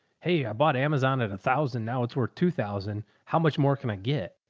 hey, i bought amazon at a thousand. now it's worth two thousand. how much more can i get?